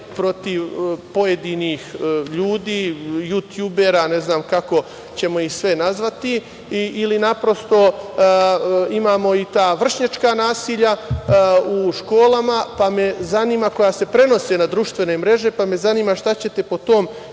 protiv pojedinih ljudi, jutjubera, ne znam kako ćemo ih sve nazvati ili naprosto, imamo i ta vršnjačka nasilja u školama, koja se prenose na društvene mreže, pa me zanima šta ćete po tom pitanju